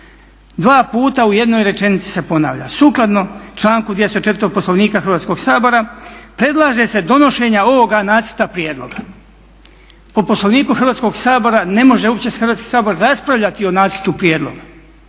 dva puta u jednoj rečenici se ponavlja, "sukladno članku 204. Poslovnika Hrvatskog sabora predlaže se donošenje ovoga nacrta prijedloga". Po Poslovniku Hrvatskog sabora ne može se uopće Hrvatski sabor raspravljati o nacrtu prijedloga.